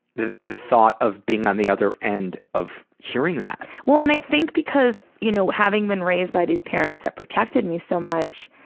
the the thought of being on the other end of hearing that. well, and i think because, you know, having been raised by these parents that protected me so much,